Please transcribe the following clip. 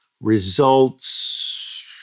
Results